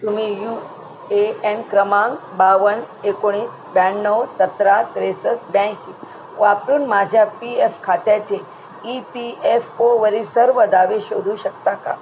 तुम्ही U A N क्रमांक बावन्न एकोणीस ब्याण्णव सतरा त्रेसष्ट ब्याऐंशी वापरून माझ्या पी एफ खात्याचे ई पी एफ ओवरील सर्व दावे शोधू शकता का